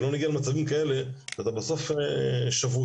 שלא נגיע למצבים כאלה שאתה בסוף שבוי.